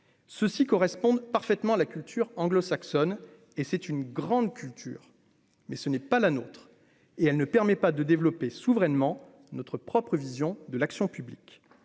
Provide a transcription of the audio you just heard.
ceux-ci correspondent parfaitement la culture anglo-saxonne et c'est une grande culture, mais ce n'est pas la nôtre, et elle ne permet pas de développer souverainement notre propre vision de l'action publique,